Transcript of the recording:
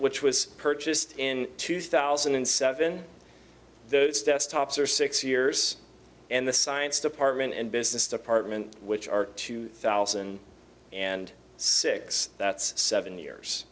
which was purchased in two thousand and seven the desktops are six years and the science department and business department which are two thousand and six that's seven years